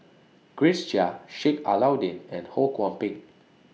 Grace Chia Sheik Alau'ddin and Ho Kwon Ping